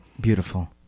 Beautiful